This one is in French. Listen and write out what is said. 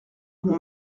mon